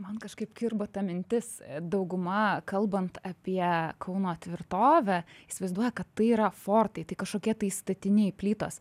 man kažkaip kirba ta mintis dauguma kalbant apie kauno tvirtovę įsivaizduoja kad tai yra fortai tai kažkokie tai statiniai plytos